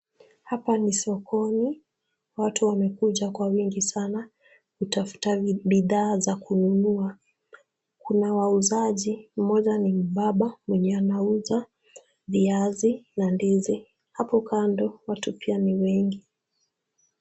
Hapa ni sokoni, watu wamekuja kwa wingi sana kutafuta bidhaa za kununua, kuna wauzaji, mmoja ni mubaba mwenye anauza viazi na ndizi, hapo kando watu pia ni wengi.